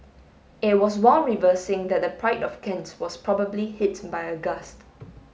it was while reversing that the Pride of Kent was probably hit by a gust